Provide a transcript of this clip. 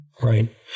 Right